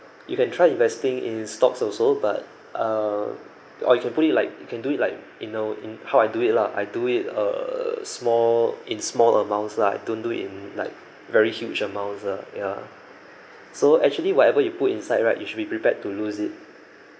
you can try investing in stocks also but uh or you can put it like you can do it like you know in how I do it lah I do it err small in small amounts lah I don't do it in like very huge amounts lah ya so actually whatever you put inside right you should be prepared to lose it